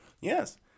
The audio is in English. Yes